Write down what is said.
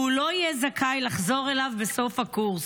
והוא לא יהיה זכאי לחזור אליו בסוף הקורס.